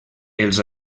els